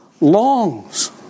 longs